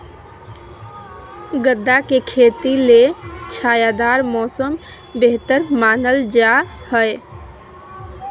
गदा के खेती ले छायादार मौसम बेहतर मानल जा हय